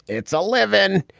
it's all live in.